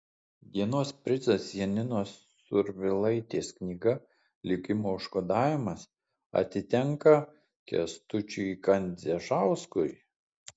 dienos prizas janinos survilaitės knyga likimo užkodavimas atitenka kęstučiui kandzežauskui